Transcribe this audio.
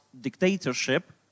dictatorship